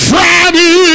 Friday